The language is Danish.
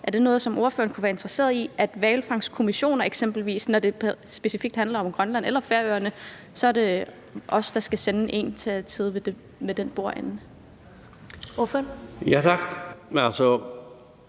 Er det noget, som ordføreren kunne være interesseret i, altså at det i hvalfangstkommissioner, eksempelvis når det specifikt handler om Grønland eller Færøerne, så er os, der skal sende en til at sidde ved bordenden? Kl.